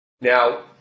Now